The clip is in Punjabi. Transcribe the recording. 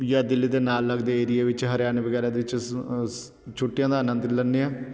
ਜਾਂ ਦਿੱਲੀ ਦੇ ਨਾਲ਼ ਲੱਗਦੇ ਏਰੀਏ ਵਿੱਚ ਹਰਿਆਣੇ ਵਗੈਰਾ ਦੇ ਵਿੱਚ ਛੁੱਟੀਆਂ ਦਾ ਆਨੰਦ ਲੈਂਦੇ ਹਾਂ